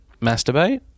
Masturbate